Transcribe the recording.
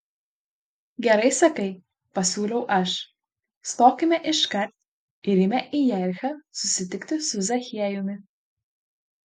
gerai sakai pasiūliau aš stokime iškart ir eime į jerichą susitikti su zachiejumi